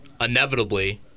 inevitably